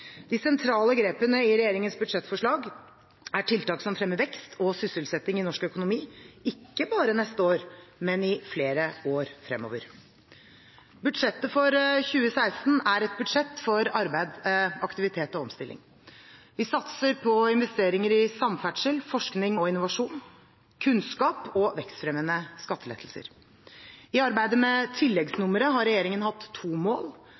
De sentrale grepene i regjeringens budsjettforslag er tiltak som fremmer vekst og sysselsetting i norsk økonomi, ikke bare neste år, men i flere år fremover. Budsjettet for 2016 er et budsjett for arbeid, aktivitet og omstilling. Vi satser på investeringer i samferdsel, forskning og innovasjon, kunnskap og vekstfremmende skattelettelser. I arbeidet med tilleggsnummeret har regjeringen hatt to mål.